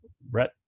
Brett